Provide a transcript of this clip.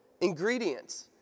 Ingredients